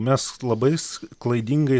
mes labais klaidingai